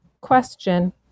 Question